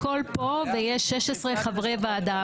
הכול פה, ויש 16 חברי ועדה.